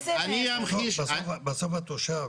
בסוף התושב